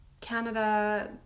Canada